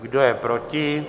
Kdo je proti?